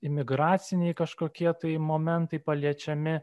imigraciniai kažkokie tai momentai paliečiami